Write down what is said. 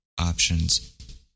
options